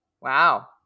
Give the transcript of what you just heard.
wow